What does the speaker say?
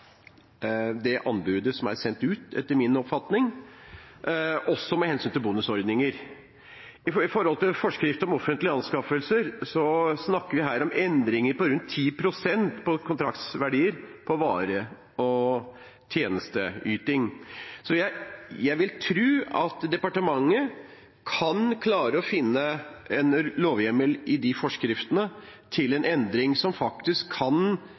det anbudet som er sendt ut – også med hensyn til bonusordninger. Når det gjelder forskrift om offentlige anskaffelser, snakker vi her om endringer på rundt 10 pst. på kontraktsverdier på vare- og tjenesteyting. Jeg vil tro at departementet kan klare å finne en lovhjemmel i de forskriftene til en endring som faktisk kan